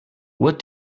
what